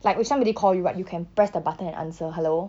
like when somebody call you right you can press the button and answer hello